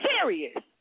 serious